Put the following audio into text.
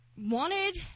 Wanted